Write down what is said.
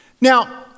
Now